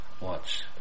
watch